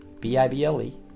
b-i-b-l-e